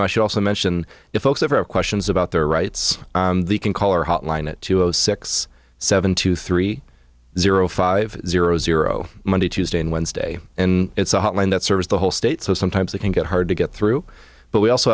know i should also mention if folks are questions about their rights you can call our hotline at two zero six seven two three zero five zero zero monday tuesday and wednesday and it's a hotline that serves the whole state so sometimes it can get hard to get through but we also